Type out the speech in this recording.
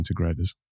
integrators